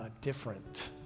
different